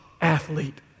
athlete